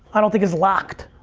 i don't think is locked,